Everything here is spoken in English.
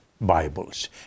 bibles